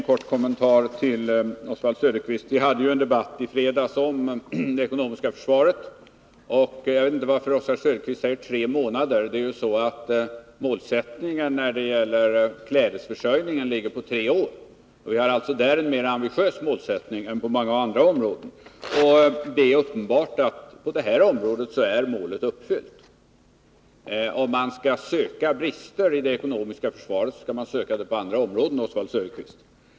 Herr talman! Låt mig bara göra en kort kommentar till Oswald Söderqvist. Jag vet inte varför Oswald Söderqvist nämner tre månader. Vi hade ju en debatt i fredags om det ekonomiska försvaret, och målsättningen när det gäller klädesförsörjningen ligger på tre år. Vi har alltså där en mer ambitiös målsättning än på många andra områden. Det är uppenbart att målet på det här området är uppfyllt. Om man skall söka brister i det ekonomiska försvaret, så skall man söka dem på andra områden, Oswald Söderqvist.